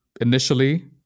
initially